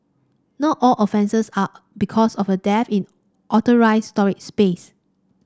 not all offences are because of a dearth in authorised storage space